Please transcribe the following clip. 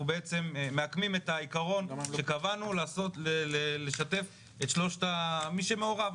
אנחנו מעקמים את העיקרון שקבענו לשיתוף כולם.